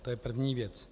To je první věc.